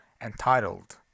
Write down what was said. entitled